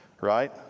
right